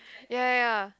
ya ya